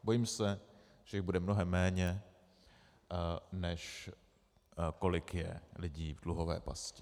Bojím se, že jich bude mnohem méně, než kolik je lidí v dluhové pasti.